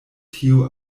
tio